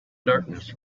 darkness